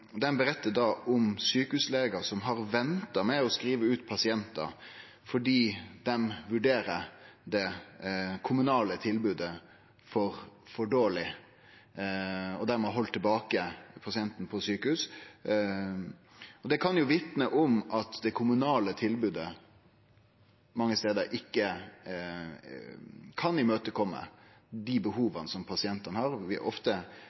om sjukehuslegar som har venta med å skrive ut pasientar fordi dei vurderer det kommunale tilbodet som for dårleg og dermed har halde tilbake pasienten på sjukehus. Det kan vitne om at det kommunale tilbodet mange stader ikkje kan imøtekome dei behova som pasientane har, ofte